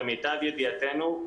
למיטב ידיעתנו,